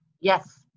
Yes